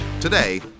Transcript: today